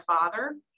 father